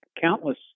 countless